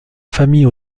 famille